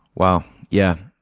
wow. yeah.